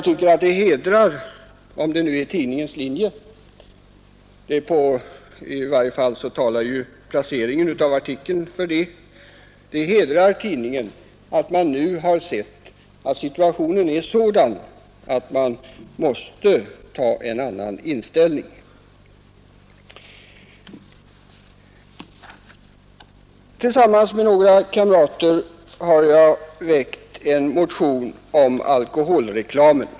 Det hedrar tidningen att den nu valt en annan linje — placeringen av artikeln tyder på det — och att tidningen nu har insett att situationen är sådan att man måste ta en annan ställning. Tillsammans med några kamrater har jag väckt en motion om alkoholreklamen.